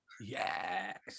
Yes